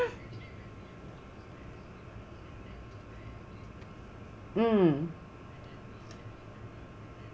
mm